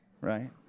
right